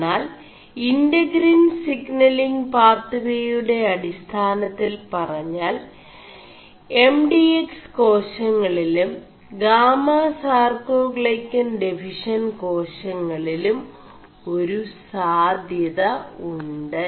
എMാൽ ഇെ4ഗിൻ സിPലിങ് പാøേവയുെട അടിാനøിൽ പറാൽ േകാശÆളിലും ഗാമസാർേ ാൈø ൻ െഡഫിഷç ് േകാശÆളിലും ഒരു സാമçത ഉ്